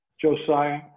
Josiah